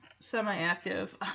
semi-active